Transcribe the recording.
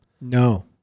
No